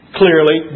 clearly